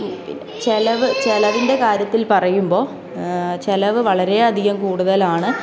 ചെലവ് ചെലവിൻ്റെ കാര്യത്തിൽ പറയുമ്പോൾ ചെലവ് വളരെ അധികം കൂടുതലാണ്